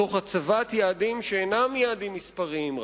תוך הצבת יעדים שאינם רק מספריים,